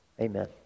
Amen